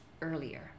earlier